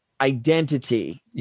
identity